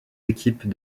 équipes